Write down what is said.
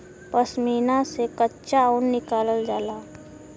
पश्मीना से कच्चा ऊन निकालल जाला